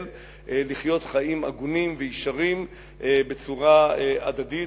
לחיות חיים הגונים וישרים בצורה הדדית,